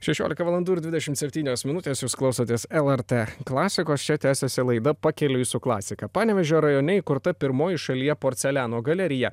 šešiolika valandų ir dvidešimt septynios minutės jūs klausotės lrt klasikos čia tęsiasi laida pakeliui su klasika panevėžio rajone įkurta pirmoji šalyje porceliano galerija